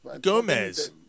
Gomez